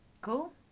Cool